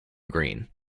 green